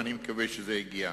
ואני מקווה שזה יגיע.